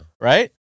Right